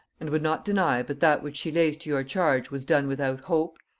and would not deny but that which she lays to your charge was done without hope,